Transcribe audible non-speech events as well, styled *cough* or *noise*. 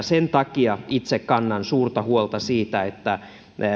*unintelligible* sen takia itse kannan suurta huolta siitä että